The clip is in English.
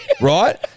right